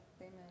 Amen